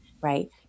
right